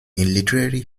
literary